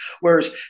whereas